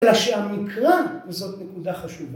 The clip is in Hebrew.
‫אלא שהמקרא זאת נקודה חשובה.